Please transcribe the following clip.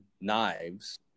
knives